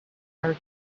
are